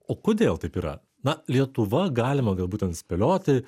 o kodėl taip yra na lietuva galima galbūt ten spėlioti